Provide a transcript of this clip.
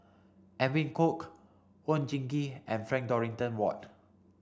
Edwin Koek Oon Jin Gee and Frank Dorrington Ward